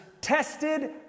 tested